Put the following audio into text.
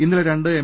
ഇന്നലെ രണ്ട് എം